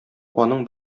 аның